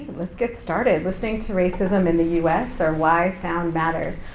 let's get started. listening to racism in the u s. or why sound matters.